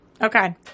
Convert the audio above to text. Okay